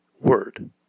word